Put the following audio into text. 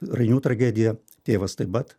rainių tragediją tėvas taip pat